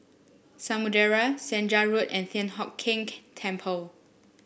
Samudera Senja Road and Thian Hock Keng Temple